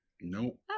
Nope